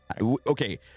Okay